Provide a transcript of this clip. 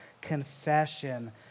confession